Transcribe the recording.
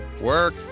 work